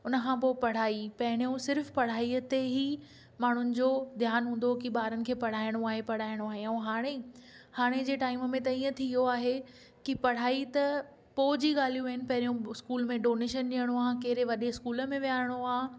हुन खां पढ़ाई पहिरियों सिर्फ़ु पढ़ाईअ ते ई माण्हुनि जो ध्यानु हूंदो हुओ की ॿारनि खे पढ़ाइणो आहे पढ़ाइणो आव ऐं हाणे हाणे जे टाइम में त ईअं थी वियो आहे की पढ़ाई त पोइ जी ॻाल्हियूं आहिनि पहिरियों स्कूल में डोनेशन ॾियणो आहे कहिड़े वॾे स्कूल में वियारणो आ